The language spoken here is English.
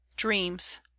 dreams